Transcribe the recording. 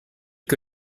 que